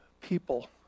people